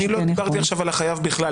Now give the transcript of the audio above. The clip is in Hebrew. אבל אני לא דיברתי עכשיו על החייב בכלל,